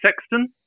Sexton